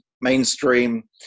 mainstream